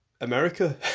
America